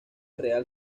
real